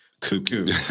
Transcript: cuckoo